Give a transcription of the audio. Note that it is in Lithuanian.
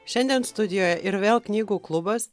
šiandien studijoje ir vėl knygų klubas